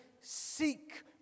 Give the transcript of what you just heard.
seek